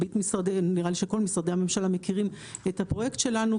נראה לי שכל משרדי הממשלה מכירים את הפרויקט שלנו,